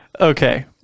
Okay